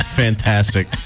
fantastic